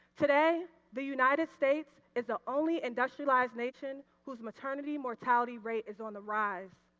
today the united states is the only industrialized nation whose ma ternity mortality rate is on the rise.